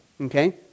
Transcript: okay